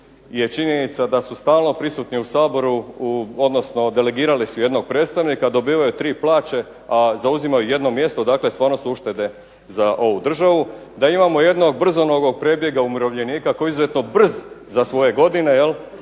je činjenica da su stalno prisutni u Saboru, odnosno delegirali su jednog predstavnika, dobivaju tri plaće, a zauzimaju jedno mjesto. Dakle, stvarno su uštede za ovu državu. Da imamo jednog brzonog prebjega umirovljenika koji je izuzetno brz za svoje godine,